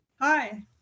Hi